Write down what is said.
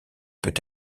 peut